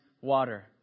water